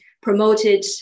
promoted